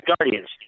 Guardians